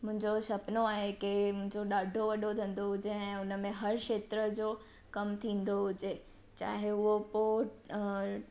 मुंहिंजो सपनो आहे की मुंहिंजो ॾाढो वॾो धंधो हुजे ऐं हुनमें हर खेत्र जो कम थींदो हुजे चाहे उहो पोइ अ